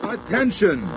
Attention